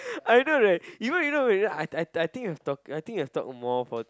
I know right even you know when you know I I think I he was talk I think he was talk more for